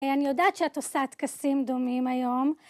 אני יודעת שאת עושה טקסים דומים היום.